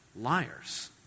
liars